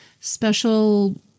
special